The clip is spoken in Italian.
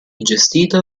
gestita